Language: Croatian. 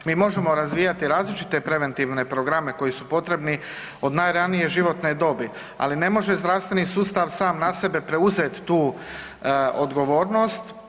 Mi možemo razvijati različite preventivne programe koji su potrebni od najranije životne dobi, ali ne može zdravstveni sustav sam na sebe preuzeti tu odgovornost.